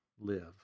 live